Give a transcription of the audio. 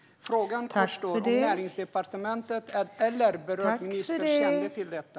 Frågan är om Näringsdepartementet eller berörd minister kände till detta.